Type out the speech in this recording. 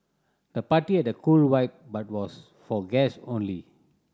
the party had a cool vibe but was for guest only